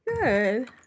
Good